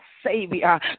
Savior